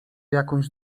jakąś